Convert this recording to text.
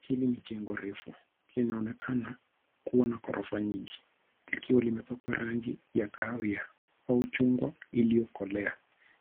Hili ni jengo refu linaonekana kua na ghorofa nyingi likiwa limepakwa rangi ya kahawia au chungwa iliyokolea.